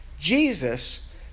Jesus